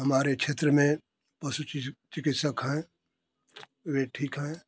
हमारे क्षेत्र में पशु चिकित्सक हैं वे ठीक हैं